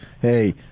hey